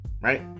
right